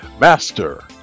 Master